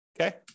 okay